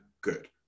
good